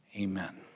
amen